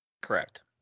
Correct